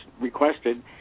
requested